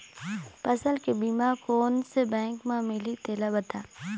फसल के बीमा कोन से बैंक म मिलही तेला बता?